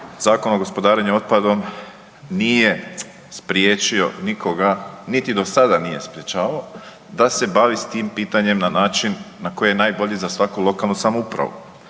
Zakon o gospodarenju otpadom nije spriječio nikoga, niti do sada nije sprječavao da se bavi s tim pitanjem na način na koji je najbolji za svaku lokalnu samoupravu.